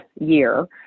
year